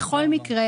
בכל מקרה